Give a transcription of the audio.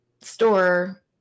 store